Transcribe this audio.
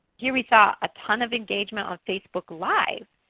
here we saw a ton of engagement on facebook live.